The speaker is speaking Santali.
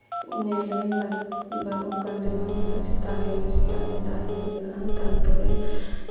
ᱧᱮᱞ ᱟᱹᱧ ᱚᱱᱠᱟ ᱫᱤᱱᱟᱢ ᱞᱮᱠᱟ ᱥᱮᱛᱟᱵ ᱟᱭᱩᱵ ᱥᱮᱛᱟᱜ ᱟᱹᱭᱩᱵ ᱧᱮᱞᱟ ᱛᱟᱨᱯᱚᱨᱮ